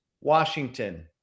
Washington